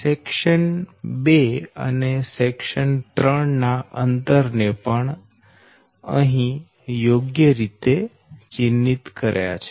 section 2 અને section 3 ના અંતર ને પણ અહી યોગ્ય રીતે ચિહ્નિત કર્યા છે